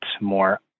more